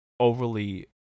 overly